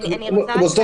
מוסדות